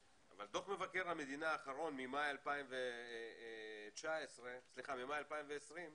אבל דוח מבקר המדינה האחרון, ממאי 2020,